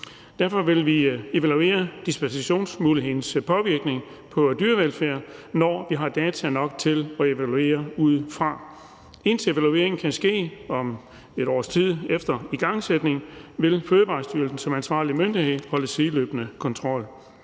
Derfor vil vi evaluere dispensationsmulighedens påvirkning på dyrevelfærd, når vi har data nok at evaluere ud fra. Indtil evalueringen kan ske om et års tid efter igangsætning, vil Fødevarestyrelsen som ansvarlig myndighed føre sideløbende kontrol.